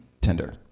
tender